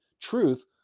truth